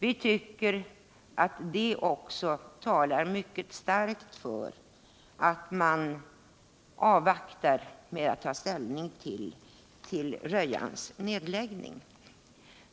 Vi tycker att det också talar mycket starkt för att man avvaktar med att ta ställning till Rödjans nedläggning.